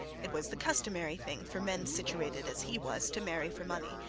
it was the customary thing for men situated as he was to marry for money,